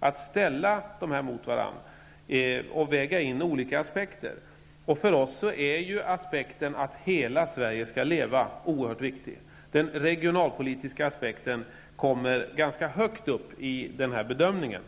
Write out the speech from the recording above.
att ställa projekt mot varandra och väga in olika aspekter. För oss är aspekten att hela Sverige skall leva oerhört viktig. Den regionalpolitiska aspekten kommer ganska högt upp i den här bedömningen.